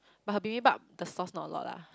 but bibimbap the sauce not a lot lah